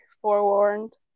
forewarned